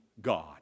God